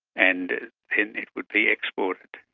and then it would be exported,